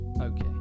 okay